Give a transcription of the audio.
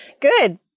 Good